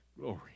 glory